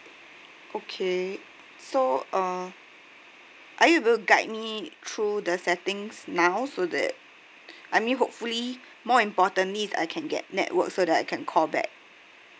okay so uh are you able to guide me through the settings now so that I mean hopefully more importantly is I can get network so that I can call back